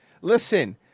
listen